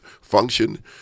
function